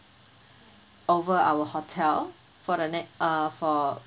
over our hotel for the ne~ uh for